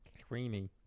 Creamy